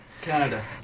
Canada